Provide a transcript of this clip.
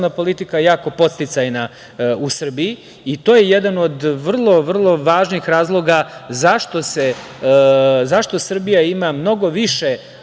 politika jako podsticajna u Srbiji. To je jedan od vrlo važnih razloga zašto Srbija ima mnogo više